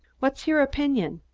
what's your opinion?